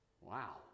Wow